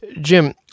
Jim